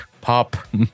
pop